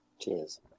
Cheers